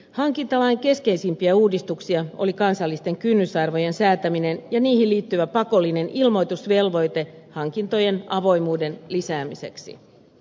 hankintalain keskeisimpiä uudistuksia oli kansallisten kynnysarvojen säätäminen ja niihin liittyvä pakollinen ilmoitusvelvoite hankintojen avoimuuden lisäämiseksi